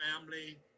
family